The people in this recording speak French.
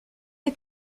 est